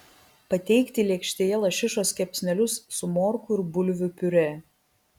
pateikti lėkštėje lašišos kepsnelius su morkų ir bulvių piurė